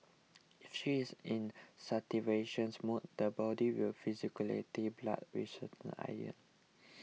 if she is in starvation mode the body will physiologically blood which contains iron